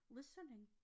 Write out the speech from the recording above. listening